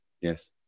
Yes